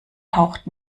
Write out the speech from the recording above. taucht